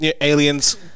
Aliens